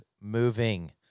moving